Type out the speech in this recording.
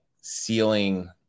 ceiling